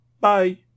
bye